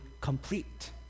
complete